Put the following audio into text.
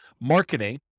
marketing